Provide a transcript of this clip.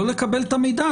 לא לקבל את המידע.